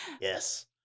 Yes